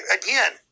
again